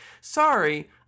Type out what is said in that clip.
Sorry